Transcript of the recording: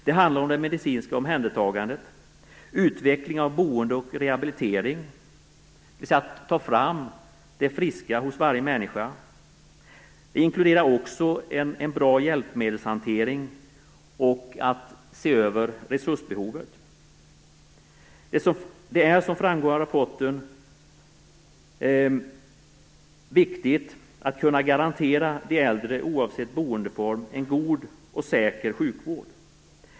Det handlar om det medicinska omhändertagandet, utveckling av boende och rehabilitering, dvs. att ta fram det friska hos varje människa. Det inkluderar också en bra hjälpmedelshantering och att se över resursbehovet. Det är, som framgår av rapporten, viktigt att kunna garantera de äldre, oavsett boendeform, en god och säker sjukvård.